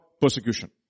persecution